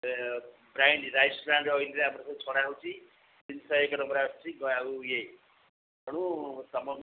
ଏ prime rice bran ଅଏଲ୍ରେ ଆମର ସବୁ ଛଣା ହେଉଛି ତିନି ଶହ ଏକ ନମ୍ୱର ଆସୁଛି ଆଉ ଇଏ ତେଣୁ ତୁମ